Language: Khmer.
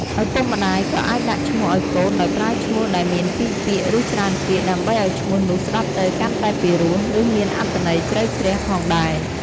ឪពុកម្តាយក៏អាចដាក់ឈ្មោះឲ្យកូនដោយប្រើឈ្មោះដែលមានពីរពាក្យ ឬច្រើនពាក្យ ដើម្បីឱ្យឈ្មោះនោះស្តាប់ទៅកាន់តែពិរោះ ឬមានអត្ថន័យជ្រៅជ្រះផងដែរ។